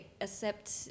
accept